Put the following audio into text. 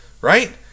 right